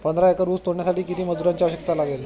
पंधरा एकर ऊस तोडण्यासाठी किती मजुरांची आवश्यकता लागेल?